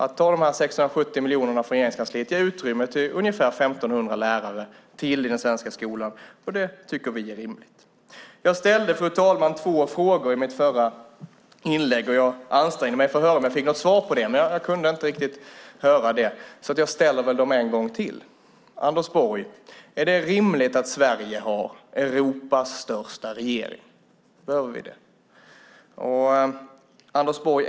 Att ta dessa 670 miljoner från Regeringskansliet ger utrymme för ungefär 1 500 lärare till i den svenska skolan, och det tycker vi är rimligt. Fru talman! Jag ställde två frågor i mitt förra inlägg. Jag ansträngde mig för att höra om jag fick något svar på dem, men jag kunde inte riktigt höra det. Därför ställer jag dem en gång till. Är det rimligt att Sverige har Europas största regering, Anders Borg? Behöver vi det?